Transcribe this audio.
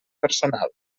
personal